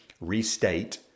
restate